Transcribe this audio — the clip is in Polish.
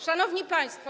Szanowni Państwo!